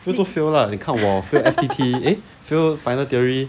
fail 就 fail lah 你看我 fail F_T_T eh fail final theory